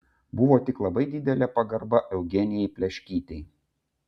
buvo tik labai didelė pagarba eugenijai pleškytei